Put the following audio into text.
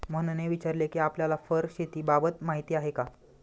मोहनने विचारले कि आपल्याला फर शेतीबाबत माहीती आहे का?